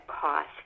cost